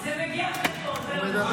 זה מגיע עד לפה, זהו.